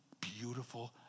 beautiful